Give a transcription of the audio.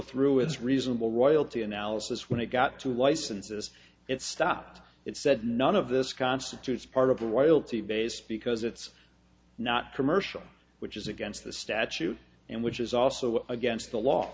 through its reasonable royalty analysis when it got to licenses it stopped it said none of this constitutes part of the wild c based because it's not commercial which is against the statute and which is also against the law